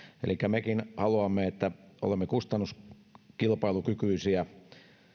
mekin haluamme että olemme kustannuskilpailukykyisiä ja